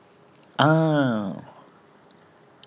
ah